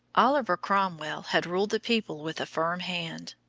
oliver cromwell had ruled the people with a firm hand.